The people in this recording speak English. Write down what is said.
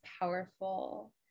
powerful